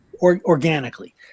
Organically